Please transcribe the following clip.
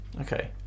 Okay